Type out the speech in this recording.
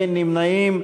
אין נמנעים.